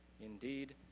Indeed